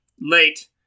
late